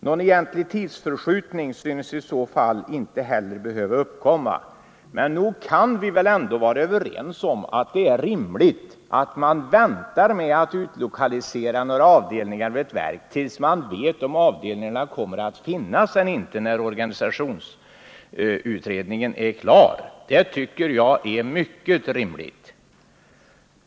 Någon egentlig tidsförskjutning synes inte heller behöva uppkomma. Men nog kan vi väl vara överens om att det är rimligt att man väntar med att utlokalisera några avdelningar i ett verk tills man vet om avdelningarna kommer att finnas eller inte när organisationsutredningen är klar. Det tycker jag är mycket rimligt.